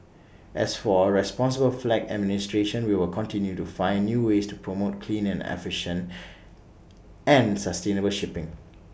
as for A responsible flag administration we will continue to find new ways to promote clean and efficient and sustainable shipping